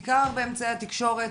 בעיקר באמצעי התקשורת,